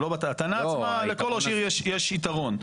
זה לא, הטענה עצמה, לכל ראש עיר יש יתרון.